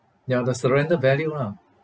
ya the surrender value lah